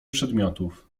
przedmiotów